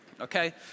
Okay